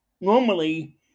normally